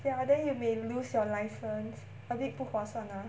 ya then you may lose your license a bit 不划算 lah